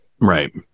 Right